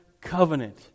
covenant